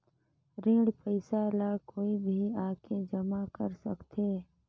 ऋण पईसा ला कोई भी आके जमा कर सकथे?